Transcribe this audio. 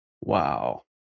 Wow